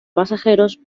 pasajeros